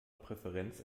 präferenz